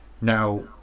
now